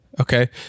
okay